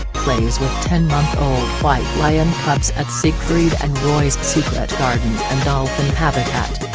plays with ten month old white lion cubs at siegfried and roy's secret garden and dolphin habitat.